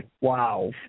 wow